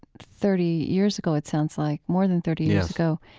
thirty years ago, it sounds like, more than thirty years ago,